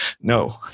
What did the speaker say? No